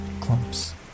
clumps